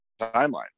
timeline